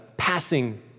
Passing